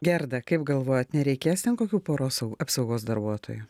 gerda kaip galvojat nereikės ten kokių poros sau apsaugos darbuotojų